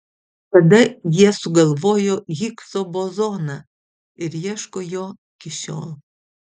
tada jie sugalvojo higso bozoną ir ieško jo iki šiol